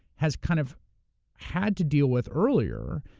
has kind of had to deal with earlier,